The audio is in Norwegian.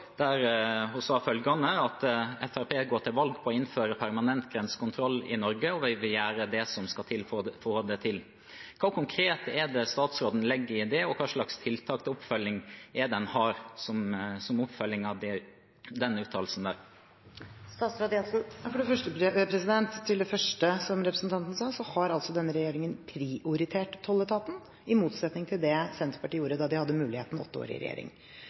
der hun sa følgende: «Vi går til valg på å innføre permanent grensekontroll i Norge, og vil gjøre det vi kan for å få det til.» Hva konkret er det statsråden legger i det, og hvilke tiltak har man som oppfølging av den uttalelsen? Til det første representanten sa: Denne regjeringen har prioritert tolletaten, i motsetning til det Senterpartiet gjorde da de hadde muligheten i åtte år i regjering.